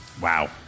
Wow